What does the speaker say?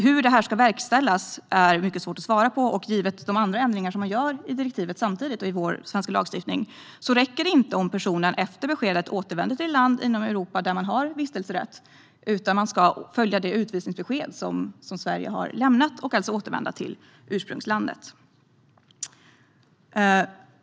Hur detta ska verkställas är mycket svårt att svara på, och givet de andra ändringar som samtidigt görs i direktivet och i vår svenska lagstiftning räcker det inte om personen efter beskedet återvänder till det land i Europa där personen har vistelserätt, utan personen ska följa det utvisningsbesked som Sverige har lämnat och alltså återvända till ursprungslandet.